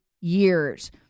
years